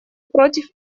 против